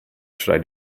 should